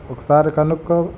ఒకసారి కనుక్కో